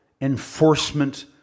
enforcement